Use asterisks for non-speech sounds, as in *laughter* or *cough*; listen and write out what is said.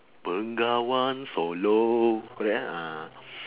bengawan solo correct ah *noise*